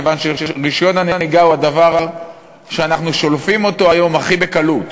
כיוון שרישיון הנהיגה הוא הדבר שאנחנו שולפים אותו היום הכי בקלות.